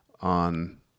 on